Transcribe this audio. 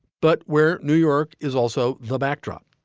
but where new york is also the backdrop